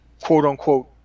quote-unquote